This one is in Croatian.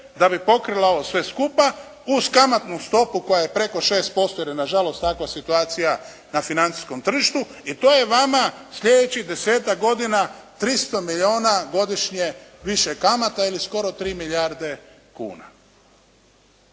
da bi pokrila ovo sve skupa uz kamatnu stopu koja je preko 6% jer je nažalost takva situacija na financijskom tržištu i to je vama slijedećih desetak godina 300 milijuna godišnje više kamata ili skoro 3 milijarde kuna.